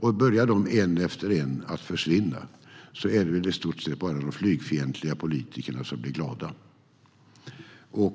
Om de en efter en börjar försvinna är det nog i stort sett bara de flygfientliga politikerna som blir glada.